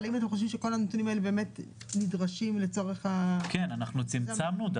אבל אם אתם חושבים שכל הנתונים נדרשים לצורך --- אנחנו דווקא צמצמנו,